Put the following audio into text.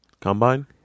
combine